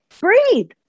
breathe